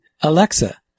Alexa